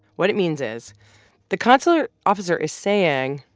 what it means is the consular officer is saying,